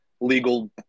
legal